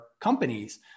companies